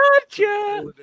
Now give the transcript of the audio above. Gotcha